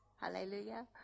Hallelujah